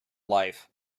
life